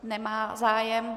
Nemá zájem.